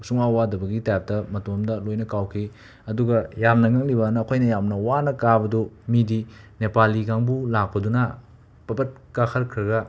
ꯁꯨꯡꯋꯥ ꯋꯥꯗꯕꯒꯤ ꯇꯥꯏꯞꯇ ꯃꯇꯣꯝꯗ ꯂꯣꯏꯅ ꯀꯥꯎꯈꯤ ꯑꯗꯨꯒ ꯌꯥꯝꯅ ꯉꯛꯂꯤꯕ ꯑꯃꯅ ꯑꯩꯈꯣꯏꯅ ꯌꯥꯝꯅ ꯋꯥꯅ ꯀꯥꯕꯗꯨ ꯃꯤꯗꯤ ꯅꯦꯄꯥꯂꯤ ꯀꯥꯡꯕꯨ ꯂꯥꯛꯄꯗꯨꯅ ꯄꯄꯠ ꯀꯥꯈꯠꯈ꯭ꯔꯒ